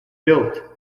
built